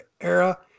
era